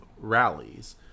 rallies